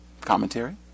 commentary